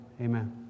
Amen